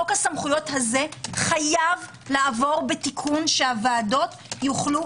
הוא חייב לעבור בתיקון שהוועדות יוכלו